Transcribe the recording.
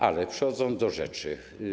Ale przechodzę do rzeczy.